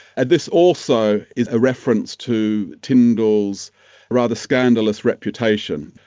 and this also is a reference to tyndall's rather scandalous reputation,